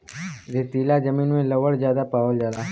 रेतीला जमीन में लवण ज्यादा पावल जाला